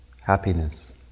happiness